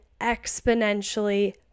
exponentially